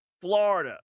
Florida